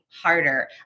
harder